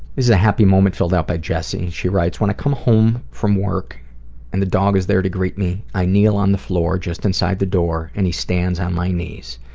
is a happy moment filled out by jessie. she writes, when i come home from work and the dog is there to greet me, i kneel on the floor just inside the door and he stands on my knees.